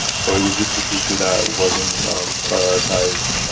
so it was just a feature that wasn't um prioritized,